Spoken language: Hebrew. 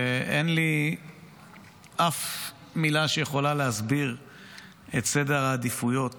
ואין לי אף מילה שיכולה להסביר את סדר העדיפויות